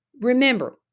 Remember